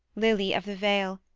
lily of the vale!